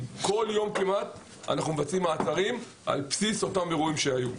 כל יום אנחנו מבצעים מעצרים על בסיס אותם אירועים שהיו.